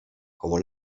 koło